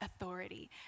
authority